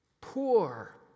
poor